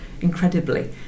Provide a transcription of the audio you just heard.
incredibly